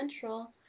Central